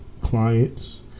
clients